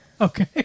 Okay